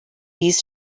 those